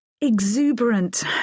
exuberant